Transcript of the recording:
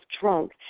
drunk